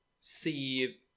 see